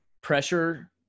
pressure